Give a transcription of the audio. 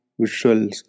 visuals